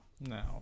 now